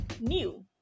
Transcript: new